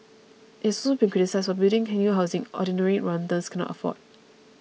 it has also been criticised for building new housing ordinary Rwandans cannot afford